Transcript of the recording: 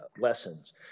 lessons